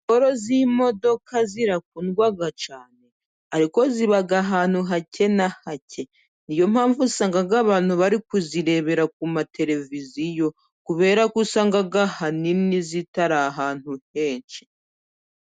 Siporo z'imodoka zirakundwa cyane ariko ziba ahantu hake na hake, ni yo mpamvu usanga abantu bari kuzirebera ku mateleviziyo kubera ko usanga ahanini zitari ahantu henshi.